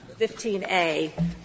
15A